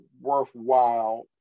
worthwhile